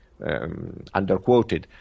underquoted